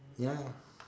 ya